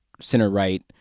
Center-right